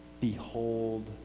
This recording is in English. behold